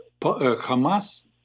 Hamas